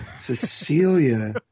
Cecilia